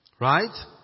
Right